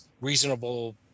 reasonable